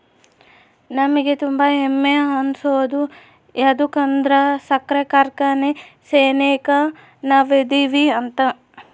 ನಮಿಗೆ ತುಂಬಾ ಹೆಮ್ಮೆ ಅನ್ಸೋದು ಯದುಕಂದ್ರ ಸಕ್ರೆ ಕಾರ್ಖಾನೆ ಸೆನೆಕ ನಾವದಿವಿ ಅಂತ